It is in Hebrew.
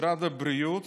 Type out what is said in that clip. משרד הבריאות